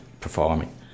performing